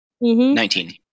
Nineteen